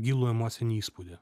gilų emocinį įspūdį